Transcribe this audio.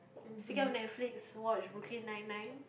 speaking of Netflix you watch brooklyn nine nine